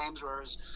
whereas